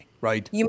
right